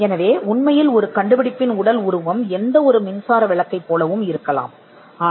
எனவே உண்மையில் ஒரு கண்டுபிடிப்பு உடல் உருவகம் எந்த மின்சார விளக்கைப் போலவும் இருக்கலாம் என்பதை நீங்கள் காண்கிறீர்கள்